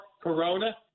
corona